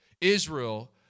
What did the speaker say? Israel